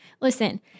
Listen